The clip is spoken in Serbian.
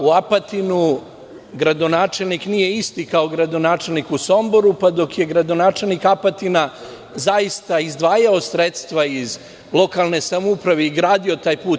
U Apatinu gradonačelnik nije isti kao gradonačelnik u Somboru, pa dok je gradonačelnik Apatina zaista izdvajao sredstva iz lokalne samouprave i gradio taj put.